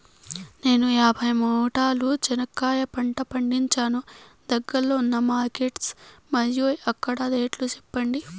నేను యాభై మూటల చెనక్కాయ పంట పండించాను దగ్గర్లో ఉన్న మార్కెట్స్ మరియు అక్కడ రేట్లు చెప్పండి?